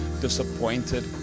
disappointed